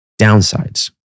downsides